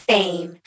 Fame